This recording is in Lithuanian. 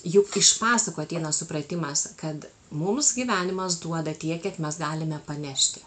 juk iš pasakų ateina supratimas kad mums gyvenimas duoda tiek kiek mes galime panešti